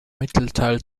mittelteil